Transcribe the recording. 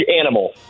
animal